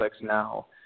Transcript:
now